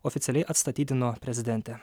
oficialiai atstatydino prezidentė